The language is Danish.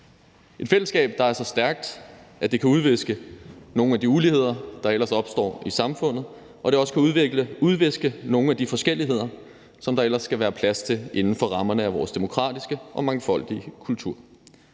et fællesskab, der er så stærkt, at det kan udviske nogle af de uligheder, der ellers opstår i samfundet, og også kan udviske nogle af de forskelligheder, der ellers skal være plads til inden for rammerne af vores demokratiske og mangfoldige kultur.